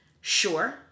sure